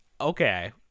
Okay